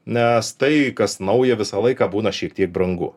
nes tai kas nauja visą laiką būna šiek tiek brangu